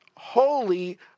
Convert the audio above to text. holy